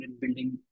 building